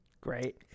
Great